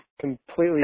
Completely